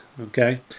Okay